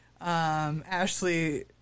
Ashley